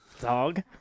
dog